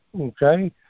okay